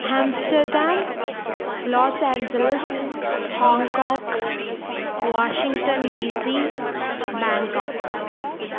Amsterdam Los Angeles Hong Kong Washington DC Bangkok